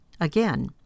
Again